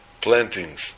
plantings